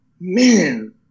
man